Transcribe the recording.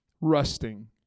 rusting